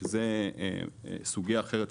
שזו סוגייה אחרת,